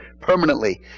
permanently